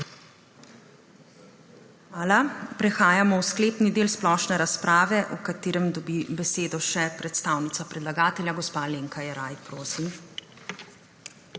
Hvala. Prehajamo v sklepni del splošne razprave, v katerem dobi besedo še predstavnica predlagatelja gospa Alenka Jeraj. Prosim.